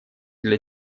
для